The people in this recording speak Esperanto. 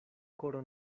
koro